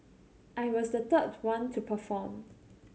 I was the third one to perform